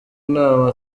nama